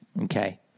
okay